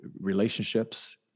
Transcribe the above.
relationships